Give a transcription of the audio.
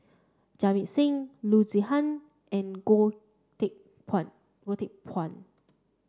Jamit Singh Loo Zihan and Goh Teck Phuan Goh Teck Phuan